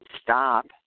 stop